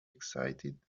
excited